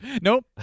nope